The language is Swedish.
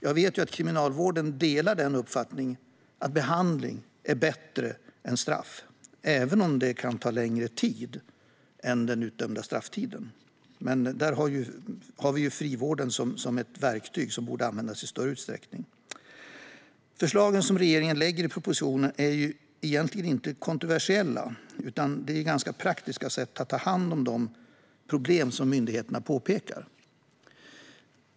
Jag vet att Kriminalvården delar uppfattningen att behandling är bättre än straff - även om det kan ta längre tid än den utdömda strafftiden. Men då har vi frivården, som är ett verktyg som borde användas i större utsträckning. Förslagen som regeringen lägger i propositionen är egentligen inte kontroversiella, utan det är ganska praktiska sätt att ta hand om de problem som myndigheterna pekar på.